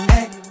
Hey